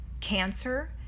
cancer